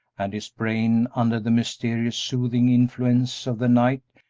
and his brain, under the mysterious, soothing influence of the night,